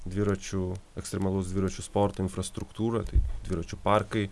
dviračių ekstremalaus dviračių sporto infrastruktūrą tai dviračių parkai